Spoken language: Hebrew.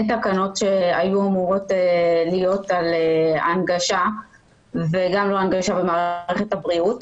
יותר תקנות שהיו אמורות להיות להנגשה וגם לא הנגשה במערכת הבריאות.